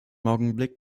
augenblick